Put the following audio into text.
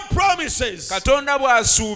promises